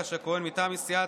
אדוני היושב-ראש.